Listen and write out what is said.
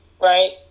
right